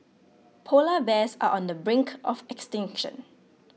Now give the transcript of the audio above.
Polar Bears are on the brink of extinction